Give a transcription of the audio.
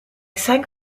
sang